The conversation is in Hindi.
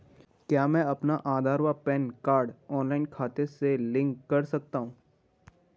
क्या मैं अपना आधार व पैन कार्ड ऑनलाइन खाते से लिंक कर सकता हूँ?